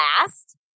last